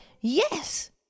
yes